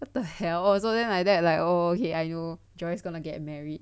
what the hell oh so then like that oh ok I know Joyce gonna get married